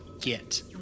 get